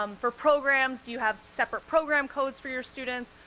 um for programs, do you have separate program codes for your students?